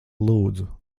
lūdzu